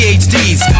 PhDs